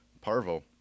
parvo